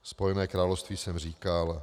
Spojené království jsem říkal.